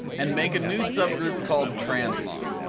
and make a new subgroup called transmog.